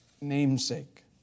namesake